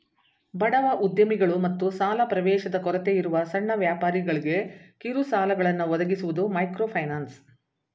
ಬಡವ ಉದ್ಯಮಿಗಳು ಮತ್ತು ಸಾಲ ಪ್ರವೇಶದ ಕೊರತೆಯಿರುವ ಸಣ್ಣ ವ್ಯಾಪಾರಿಗಳ್ಗೆ ಕಿರುಸಾಲಗಳನ್ನ ಒದಗಿಸುವುದು ಮೈಕ್ರೋಫೈನಾನ್ಸ್